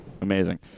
Amazing